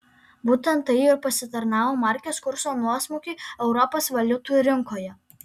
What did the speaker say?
būtent tai ir pasitarnavo markės kurso nuosmukiui europos valiutų rinkoje